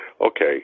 Okay